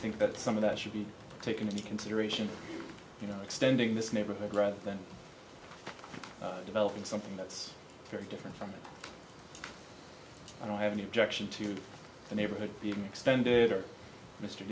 think but some of that should be taken into consideration you know extending this neighborhood rather than developing something that's very different from i don't have any objection to the neighborhood be extended or mr